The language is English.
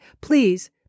Please